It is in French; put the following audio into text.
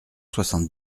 soixante